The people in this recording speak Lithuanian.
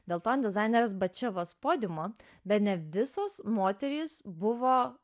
dėl to dizainerės bačevos podiumo bene visos moterys buvo